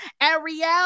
Ariel